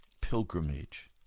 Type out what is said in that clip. pilgrimage